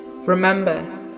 Remember